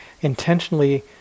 intentionally